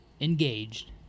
engaged